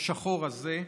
השחור הזה,